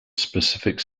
specific